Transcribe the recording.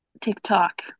tiktok